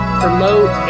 promote